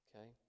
Okay